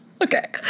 Okay